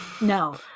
no